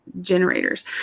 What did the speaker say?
generators